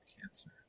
cancer